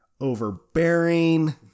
overbearing